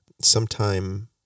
sometime